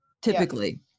typically